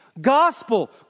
Gospel